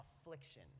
Affliction